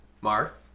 Mark